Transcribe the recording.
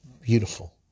beautiful